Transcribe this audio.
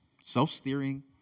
self-steering